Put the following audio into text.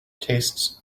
tastes